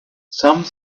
some